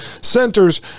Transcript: Center's